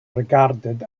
regarded